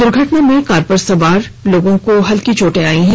दुर्घटना में कार में सवार लोगों को हल्की चोटें आई है